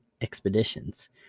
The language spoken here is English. Expeditions